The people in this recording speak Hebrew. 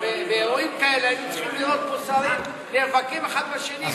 באירועים כאלה היו צריכים להיות פה שרים נאבקים האחד בשני כל שעה,